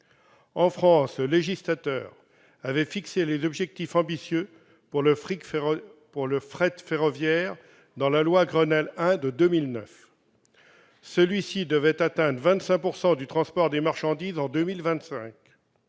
En France, le législateur avait fixé des objectifs ambitieux pour le fret ferroviaire dans la loi Grenelle I de 2009. Celui-ci devait atteindre 25 % du transport de marchandises en 2025.